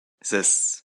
zes